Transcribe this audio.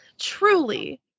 Truly